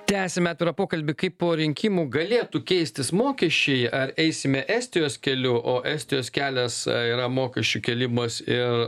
tęsiame pokalbį kaip po rinkimų galėtų keistis mokesčiai ar eisime estijos keliu o estijos kelias yra mokesčių kėlimas ir